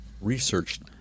researched